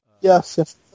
Yes